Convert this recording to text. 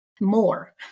more